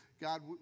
God